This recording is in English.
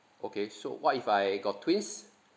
okay so what if I got twins